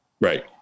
Right